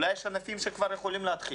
אולי יש ענפים שכבר יכולים להתחיל?